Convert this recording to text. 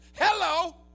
Hello